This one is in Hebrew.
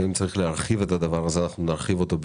אם צריך להרחיב את הדבר הזה, נרחיב אותו.